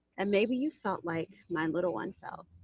and maybe you felt like my and little one felt.